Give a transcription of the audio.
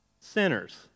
Sinners